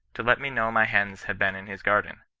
to let me know my hens had been in his garden,